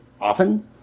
often